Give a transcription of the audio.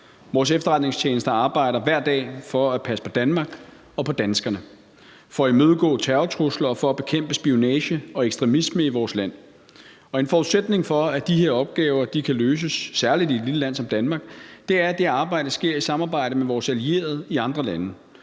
Vores efterretningstjenester arbejder hver dag for at passe på Danmark og på danskerne, for at imødegå terrortrusler og for at bekæmpe spionage og ekstremisme i vores land, og en forudsætning for, at de her opgaver kan løses, særlig i et lille land som Danmark, er, at det arbejde sker i et samarbejde med vores allierede i andre lande,